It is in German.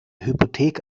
hypothek